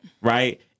right